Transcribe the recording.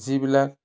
যিবিলাক